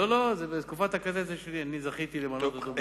לא, לא, זה בקדנציה שלי, אני זכיתי למנות אותו.